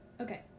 Okay